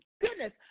goodness